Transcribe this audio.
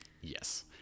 Yes